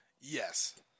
Yes